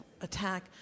attack